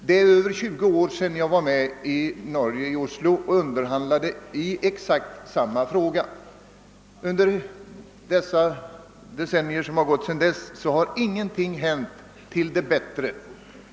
Det är över 20 år sedan jag i Oslo deltog i underhandlingar rörande exakt samma fråga. Under de decennier som gått sedan dess har ingen ändring till det bättre ägt rum.